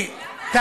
בוודאי מתאימות.